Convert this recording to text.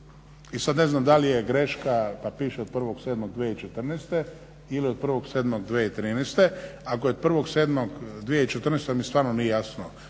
i sad ne znam da li je greška pa piše od 1.7.2014. ili od 1.7.2013. Ako je od 1.7.2014. to mi stvarno nije jasno